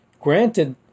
granted